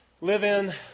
live-in